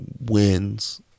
wins